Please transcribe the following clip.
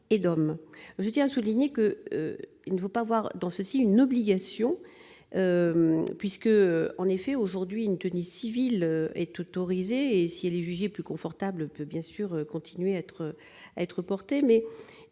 Je tiens à souligner qu'il ne faut pas voir dans cette disposition une obligation : aujourd'hui, la tenue civile est autorisée et, si elle est jugée plus confortable, elle peut bien sûr continuer à être portée.